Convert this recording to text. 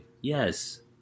Yes